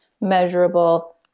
measurable